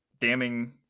damning